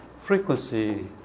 frequency